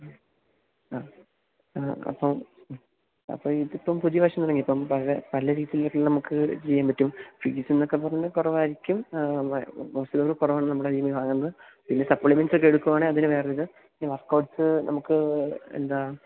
മ് ആ ആ അപ്പം അപ്പം ഇതിപ്പം പുതിയ വർഷം തുടങ്ങിയ അപ്പം പഴയ പല രീതിയിൽ ഇത് നമുക്ക് ചെയ്യാൻ പറ്റും ഫീസ്സ്ന്നക്കെ പറഞ്ഞാൽ കുറവായിരിക്കും മറ്റുള്ളത് കുറവാണ് നമ്മുടെതീന്ന് വാങ്ങുന്നത് പിന്നെ സപ്ളിമെൻസക്കെ എടുക്കുവാണേൽ അതിന് വേറൊരു പിന്നെ വർക്കൗട്ട്സ്സ് നമുക്ക് എന്താ